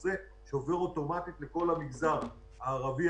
מה שעובר אוטומטית לכל המגזר הערבי,